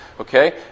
Okay